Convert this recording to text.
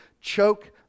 choke